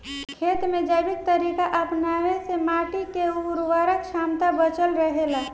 खेत में जैविक तरीका अपनावे से माटी के उर्वरक क्षमता बचल रहे ला